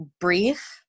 brief